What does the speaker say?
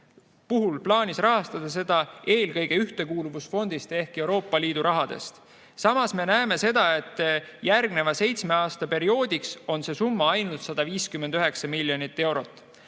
puhul plaanis rahastada seda eelkõige Ühtekuuluvusfondist ehk Euroopa Liidu rahast. Samas näeme seda, et järgneva seitsme aasta perioodiks on see summa ainult 159 miljonit eurot.